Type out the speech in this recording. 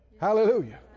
Hallelujah